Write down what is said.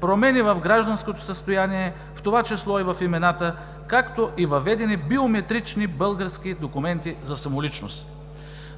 промени в гражданското състояние, в това число и в имената, както и въведени биометрични български документи за самоличност.